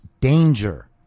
danger